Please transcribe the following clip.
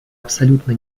абсолютно